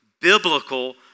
biblical